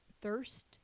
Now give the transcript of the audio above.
thirst